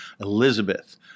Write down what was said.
Elizabeth